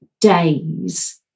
days